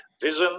vision